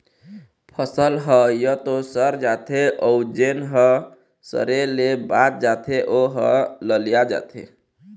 फसल ह य तो सर जाथे अउ जेन ह सरे ले बाच जाथे ओ ह ललिया जाथे